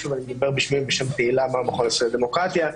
ואני מדבר בשמי ובשם פעילי המכון הישראלי לדמוקרטיה,